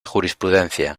jurisprudencia